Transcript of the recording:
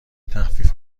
تخفیف